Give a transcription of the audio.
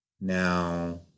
Now